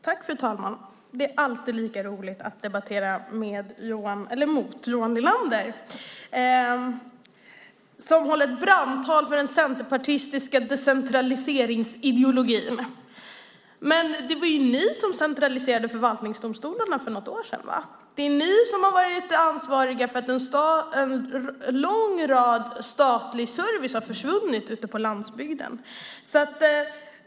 Fru talman! Det är alltid lika roligt att debattera med Johan Linander. Han höll ett brandtal för den centerpartistiska decentraliseringsideologin. Men det var ni som centraliserade förvaltningsdomstolarna för något år sedan. Det är ni som har varit ansvariga för att en stor mängd statlig service har försvunnit ute på landsbygden.